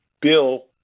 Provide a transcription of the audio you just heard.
bill